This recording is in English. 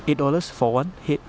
eight dollars for one head